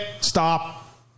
stop